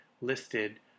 listed